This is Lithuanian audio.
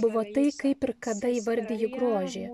buvo tai kaip ir kada įvardiji grožį